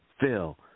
Phil